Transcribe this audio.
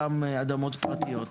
גם אדמות פרטיות.